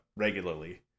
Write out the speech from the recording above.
regularly